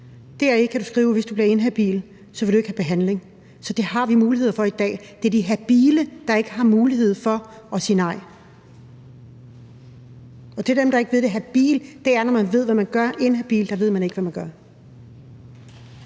Deri kan du skrive, at hvis du bliver inhabil, vil du ikke have behandling. Så det har vi mulighed for i dag. Det er de habile, der ikke har mulighed for at sige nej. Og til dem, der ikke ved, hvad habil er: Det er, når man ved, hvad man gør. Når man er inhabil, ved man ikke, hvad man gør.